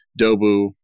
Dobu